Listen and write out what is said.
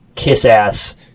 kiss-ass